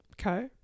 okay